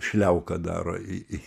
šliauką daro į į